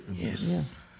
Yes